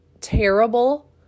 terrible